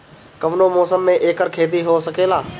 कवनो मौसम में एकर खेती हो सकेला